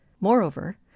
moreover